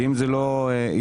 ואם זה לא יקרה,